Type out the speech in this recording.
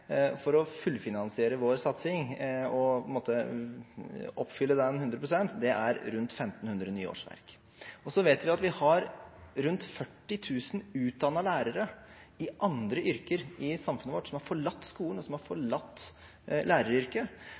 for å fullfinansiere vår satsing og oppfylle den 100 pst., er rundt 1 500 nye årsverk. Så vet vi at vi har rundt 40 000 utdannede lærere i andre yrker i samfunnet vårt som har forlatt skolen og forlatt læreryrket.